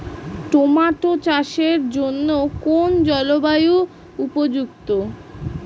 Tomato চাষের জন্য কোন জলবায়ু উপযুক্ত?